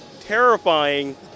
terrifying